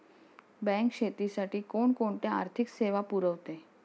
Bank शेतीसाठी कोणकोणत्या आर्थिक सेवा पुरवते?